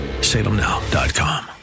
salemnow.com